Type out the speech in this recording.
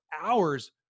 hours